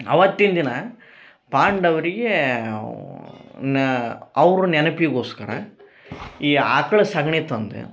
ಅವತ್ತಿನ ದಿನ ಪಾಂಡವರಿಗೆ ನ ಅವ್ರ ನೆನಪಿಗೋಸ್ಕರ ಈ ಆಕಳು ಸಗಣಿ ತಂದ